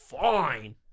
fine